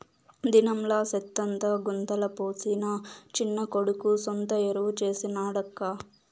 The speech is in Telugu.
దినంలా సెత్తంతా గుంతల పోసి నా చిన్న కొడుకు సొంత ఎరువు చేసి నాడక్కా